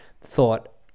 thought